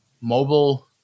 mobile